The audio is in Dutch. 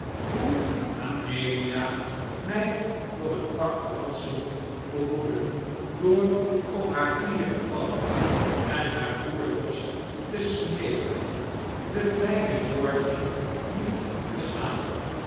hoe amelia mij voor een pak ransel behoedde door op haar knieen te vallen en haar broer jos te smeeken den kleinen george niet te slaan